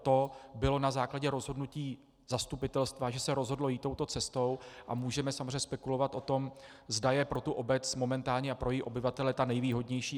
To bylo na základě rozhodnutí zastupitelstva, že se rozhodlo jít touto cestou, a můžeme samozřejmě spekulovat o tom, zda je pro tu obec momentálně a pro její obyvatele ta nejvýhodnější.